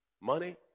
Money